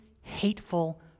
hateful